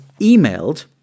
emailed